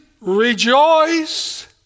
rejoice